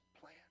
plan